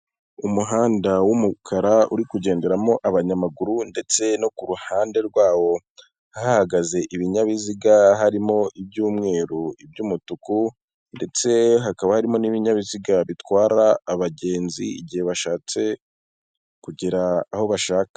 Umuhanda w'umukara, uri kugenderamo abanyamaguru, ndetse no ku ruhande rwawo hahagaze ibinyabiziga, harimo iby'umweru, iby'umutuku, ndetse hakaba harimo n'ibinyabiziga bitwara abagenzi, igihe bashatse kugera aho bashaka.